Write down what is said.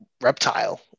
reptile